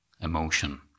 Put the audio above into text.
emotion